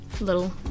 little